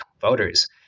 voters